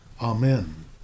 Amen